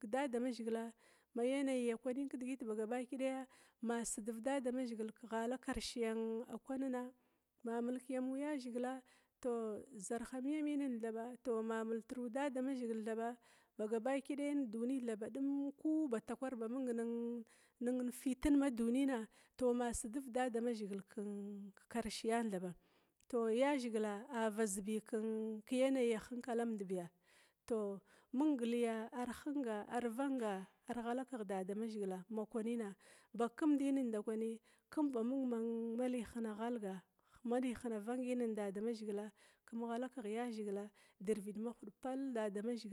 kedadamazhigila ma yaniyi kwanin kidigit baga baki daya ma sidiv dadamazhigila kekarshe kwanina tou zarhami yamina badum ma multru damazhigila thaba bagabaki daya duni thaɓ ku ba takwar ba mung fitin ma dunina tou ma sidiv damazhigil kekarshean thaba. Tou yazhigila a vasbi keyanayi hinkalambiya, tou mung liya ar hung ar vang ar ghala kegh dada mazhigila ma kwaninaj kundin ndakwi kum ba mung ma li hina ghalgi dadamazhigila, yazhigila dirvid mahud pall dada mazhigil.